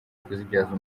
kuzibyaza